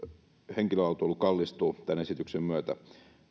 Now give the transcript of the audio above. henkilöautoilu kallistuu tämän esityksen myötä